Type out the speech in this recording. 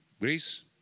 Greece